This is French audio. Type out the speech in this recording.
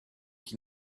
qui